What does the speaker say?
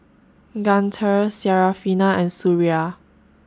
Guntur Syarafina and Suria